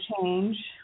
change